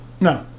No